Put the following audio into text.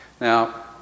Now